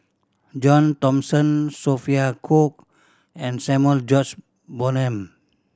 John Thomson Sophia Cooke and Samuel George Bonham